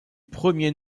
premier